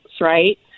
right